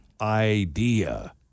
idea